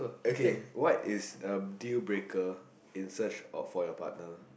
okay what is a dealbreaker in search of for your partner